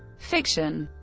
fiction